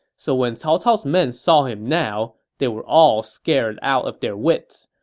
so when cao cao's men saw him now, they were all scared out of their wits.